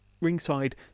ringside